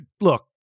look